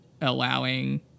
allowing